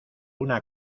una